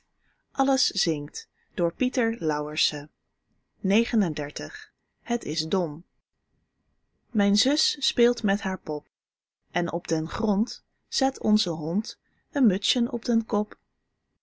zingt aeen het is dom mijn zus speelt met haar pop en op den grond zet onze hond een mutsjen op den kop